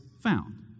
found